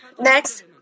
Next